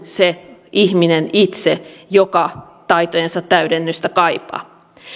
se ihminen itse joka taitojensa täydennystä kaipaa